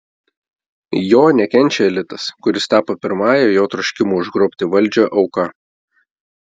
jo nekenčia elitas kuris tapo pirmąja jo troškimo užgrobti valdžią auka